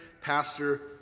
pastor